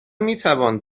میتوان